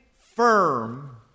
firm